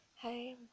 Hi